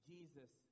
Jesus